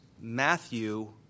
Matthew